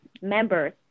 members